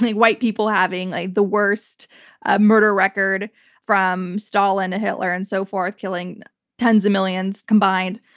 white people having ah the worst ah murder record from stalin to hitler and so forth, killing tens of millions combined.